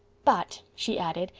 but, she added,